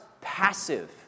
passive